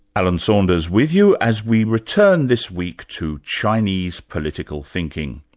alan saunders with you, as we return this week to chinese political thinking.